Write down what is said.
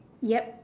yup